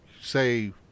say